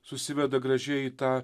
susiveda gražiai į tą